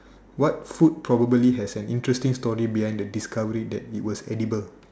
what food probably will have an interesting story behind the discovery that it was edible